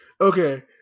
okay